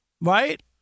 right